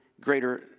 greater